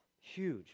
huge